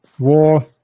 War